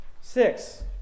Six